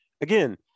again